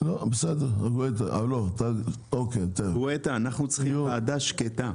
אנחנו צריכים ועדה שקטה.